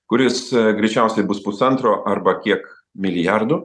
kuris greičiausiai bus pusantro arba kiek milijardų